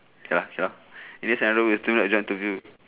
okay lah okay lah in this scenario is to do with job interview